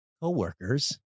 co-workers